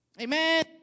Amen